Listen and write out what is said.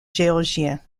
géorgiens